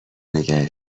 نگه